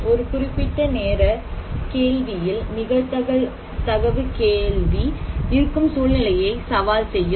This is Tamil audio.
ஒரு குறிப்பிட்ட நேர கேள்வியில் நிகழ்தகவு கேள்வி இருக்கும் சூழ்நிலையை சவால் செய்யும்